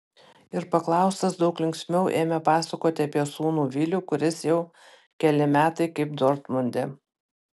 ir paklaustas daug linksmiau ėmė pasakoti apie sūnų vilių kuris jau keli metai kaip dortmunde